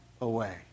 away